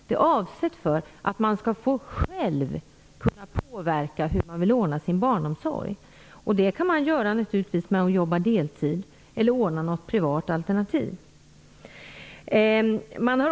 Det är avsett för att man själv skall kunna påverka hur man vill ordna sin barnomsorg. Det kan man göra genom att jobba deltid eller ordna något privat alternativ.